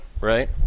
right